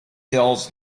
pills